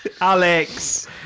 Alex